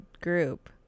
group